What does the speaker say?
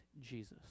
Jesus